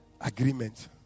Agreement